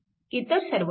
इतर सर्व बंद